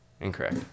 Incorrect